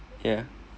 yeah